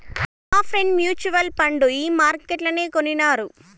మాఫ్రెండ్ mutual fund ఈ మార్కెట్లనే కొనినారు